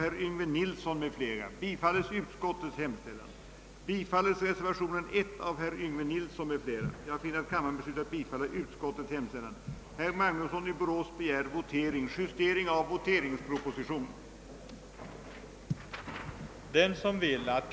Lagen om rikets mynt föreslås bli ändrad så att mynt i valörerna två kronor och en krona i fortsättningen skall kunna präglas av kopparnickel. Dessa mynt präglas nu av silver, närmare bestämt en legering som innehåller minst 40 70 silver.